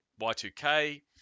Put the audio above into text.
Y2K